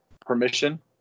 permission